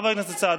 חבר הכנסת סעדי.